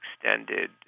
extended